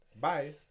bye